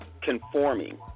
conforming